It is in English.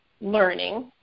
learning